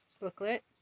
booklet